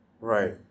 Right